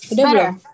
Better